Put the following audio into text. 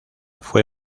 fue